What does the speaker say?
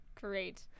great